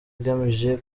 igamije